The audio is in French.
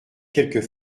quelques